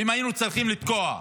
ואם היינו צריכים לתקוע,